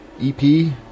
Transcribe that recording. EP